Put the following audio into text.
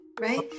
right